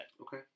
Okay